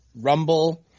Rumble